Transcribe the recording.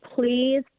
please